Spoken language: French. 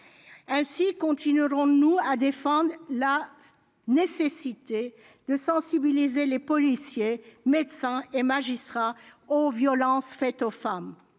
Ainsi continuerons-nous à défendre la nécessité de sensibiliser les policiers, médecins et magistrats aux violences faites aux femmes.